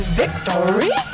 victory